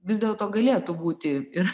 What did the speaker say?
vis dėlto galėtų būti ir